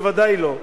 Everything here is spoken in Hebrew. בוודאי לא.